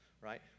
right